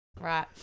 Right